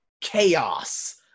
chaos